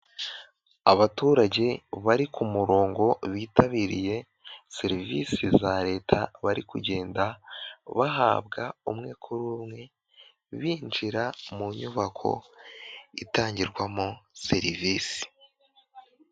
Abaturage bari ku murongo bitabiriye serivisi za leta bari kugenda bahabwa umwe kuri umwe binjira mu nyubako itangirwamo serivisi.